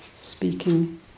speaking